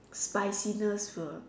spiciness will